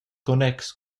connex